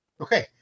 Okay